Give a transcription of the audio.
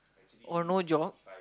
oh no job